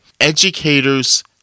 educators